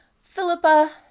Philippa